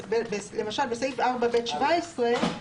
(היו"ר אוסאמה סעדי, 11:31)